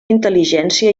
intel·ligència